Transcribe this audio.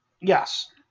yes